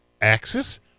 Axis